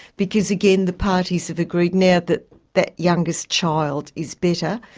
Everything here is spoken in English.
because, again, the parties have agreed now that that youngest child is better.